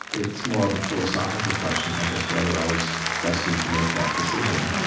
it's more of a philosophical question, i guess, whether i was destined to make that decision.